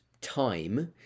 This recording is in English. time